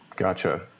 Gotcha